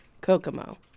Kokomo